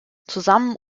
zusammen